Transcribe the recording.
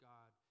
God